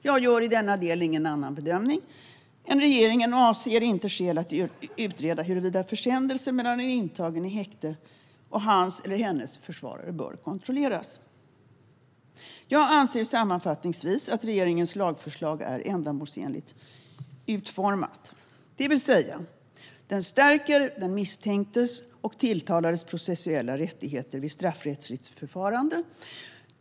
Jag gör i denna del ingen annan bedömning än regeringen och ser inte skäl att utreda huruvida försändelser mellan en intagen i häkte och hans eller hennes försvarare bör kontrolleras. Jag anser sammanfattningsvis att regeringens lagförslag är ändamålsenligt utformat. Det stärker den misstänktes och tilltalades processuella rättigheter vid straffrättsligt förfarande.